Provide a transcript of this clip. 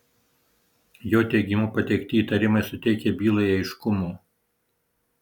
jo teigimu pateikti įtarimai suteikia bylai aiškumo